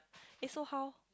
eh so how